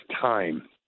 time